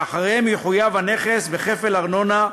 שלאחריהם יחויב הנכס בכפל ארנונה,